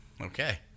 Okay